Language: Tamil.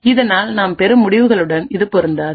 இதனால் நாம் பெறும் முடிவுகளுடன் இது பொருந்துகிறது